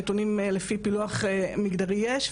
נתונים לפי פילוח מגדרי יש,